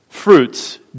Fruits